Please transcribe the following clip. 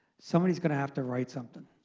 somebody is going to have to write something.